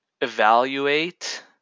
evaluate